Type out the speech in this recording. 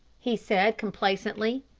he said complacently.